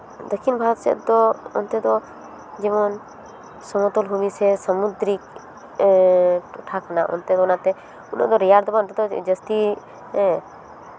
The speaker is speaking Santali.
ᱫᱚᱠᱠᱷᱤᱱ ᱵᱷᱟᱨᱚᱛ ᱥᱮᱫ ᱫᱚ ᱚᱱᱛᱮ ᱫᱚ ᱡᱮᱢᱚᱱ ᱥᱚᱢᱚᱛᱚᱞ ᱵᱷᱩᱢᱤ ᱥᱮ ᱥᱟᱢᱩᱫᱨᱤᱠ ᱮ ᱴᱚᱴᱷᱟ ᱠᱟᱱᱟ ᱚᱱᱛᱮ ᱚᱱᱟ ᱛᱮ ᱩᱱᱟᱹᱜ ᱫᱚ ᱨᱮᱭᱟᱲ ᱫᱚ ᱵᱟᱝ ᱚᱱᱛᱮ ᱫᱚ ᱡᱟᱹᱥᱛᱤ ᱦᱮᱸ